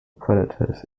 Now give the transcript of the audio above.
predators